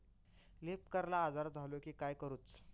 Leaf curl आजार झालो की काय करूच?